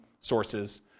sources